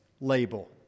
label